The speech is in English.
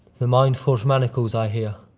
the mind-forged manacles i hear.